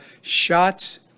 shots